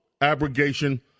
abrogation